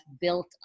built